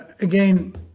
again